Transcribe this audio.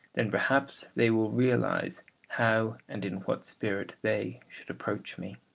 then, perhaps, they will realise how and in what spirit they should approach me.